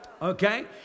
Okay